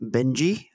Benji